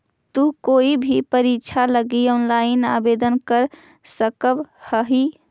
तु कोई भी परीक्षा लगी ऑनलाइन आवेदन कर सकव् हही